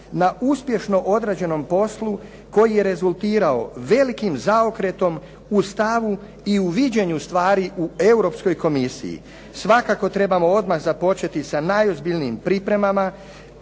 na uspješno odrađenom poslu koji je rezultirao velikim zaokretom u stavu i u viđenju stvari u Europskoj komisiji. Svakako trebamo odmah započeti sa najozbiljnijim pripremama